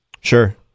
Sure